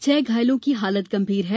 छह घायलों की हालत गंभीर है